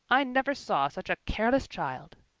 i never saw such a careless child.